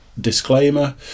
disclaimer